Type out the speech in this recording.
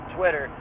Twitter